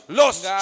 lost